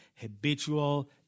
habitual